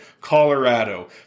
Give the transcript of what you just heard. Colorado